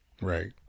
right